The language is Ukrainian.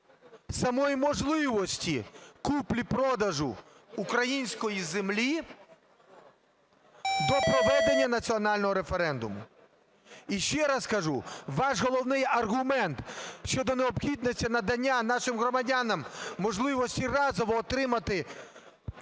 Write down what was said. самої можливості купівлі-продажу української землі до проведення національного референдуму. І ще раз кажу, ваш головний аргумент щодо необхідності надання нашим громадянам можливості разово отримати